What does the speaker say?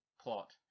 plot